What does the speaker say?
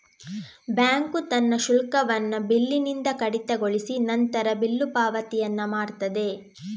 bank ತನ್ನ ಶುಲ್ಕವನ್ನ ಬಿಲ್ಲಿನಿಂದ ಕಡಿತಗೊಳಿಸಿ ನಂತರ ಬಿಲ್ಲು ಪಾವತಿಯನ್ನ ಮಾಡ್ತದೆ